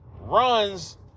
runs